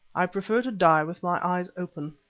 i prefer to die with my eyes open.